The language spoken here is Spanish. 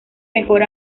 mejor